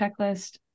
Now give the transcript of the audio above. checklist